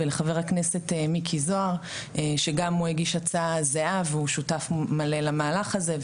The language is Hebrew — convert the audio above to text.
ולחבר הכנסת מיקי זוהר שגם הוא הגיש הצעה זהה והוא שותף מלא למהלך הזה,